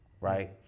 right